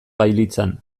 bailitzan